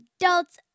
adults